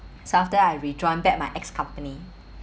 so after I rejoined back my ex-company